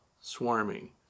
swarming